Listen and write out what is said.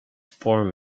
form